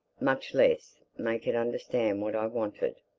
much less make it understand what i wanted.